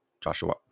Joshua